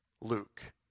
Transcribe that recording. Luke